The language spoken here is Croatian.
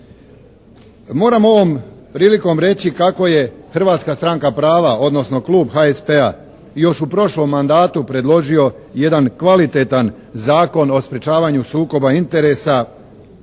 Moram ovom prilikom reći kako je Hrvatska stranka prava odnosno Klub HSP-a još u prošlom mandatu predložio jedan kvalitetan Zakon o sprečavanju sukoba interesa ali